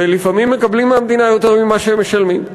ולפעמים מקבלים מהמדינה יותר ממה שהם משלמים.